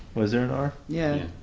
was there an r? yeah.